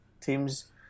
teams